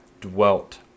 dwelt